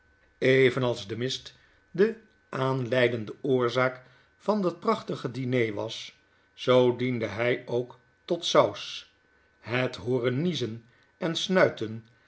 evenals de mist de aanleidende oorzaakvan dat prachtige diner was zoo diende hy ook tot sans het hooren niezen en snuiten